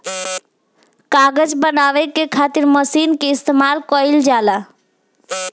कागज बनावे के खातिर मशीन के इस्तमाल कईल जाला